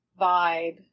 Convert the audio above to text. vibe